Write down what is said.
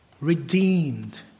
redeemed